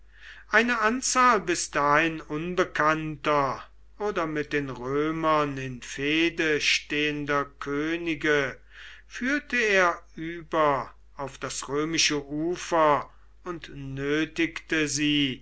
eine anzahl bis dahin unbekannter oder mit den römern in fehde stehender könige führte er über auf das römische ufer und nötigte sie